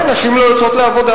ולכן נשים לא יוצאות לעבודה.